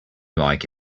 like